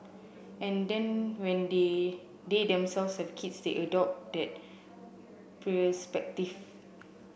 and then when they the themselves have kids they adopt that perspective